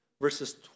verses